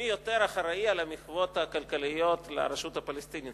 מי אחראי יותר למחוות הכלכליות לרשות הפלסטינית,